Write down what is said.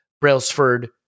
Brailsford